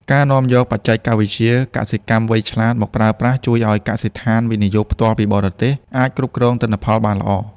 ការនាំយកបច្ចេកវិទ្យា "កសិកម្មវៃឆ្លាត" មកប្រើប្រាស់ ជួយឱ្យកសិដ្ឋាន វិនិយោគផ្ទាល់ពីបរទេស អាចគ្រប់គ្រងទិន្នផលបានល្អ។